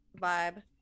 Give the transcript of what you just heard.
vibe